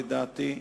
לדעתי,